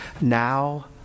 Now